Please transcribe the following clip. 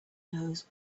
knows